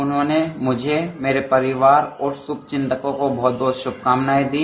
उन्होंने मुझे मेरे परिवार और शुभचिन्तकों को बहुत बहुत शुभ कामनायें दी